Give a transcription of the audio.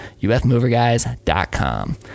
ufmoverguys.com